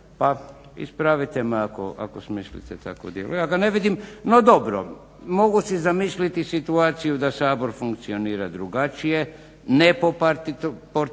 pa ispravite me ako smislite takvo djelo. Ja ga ne vidim. No dobro, mogu si zamisliti situaciju da Sabor funkcionira drugačije ne